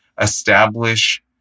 establish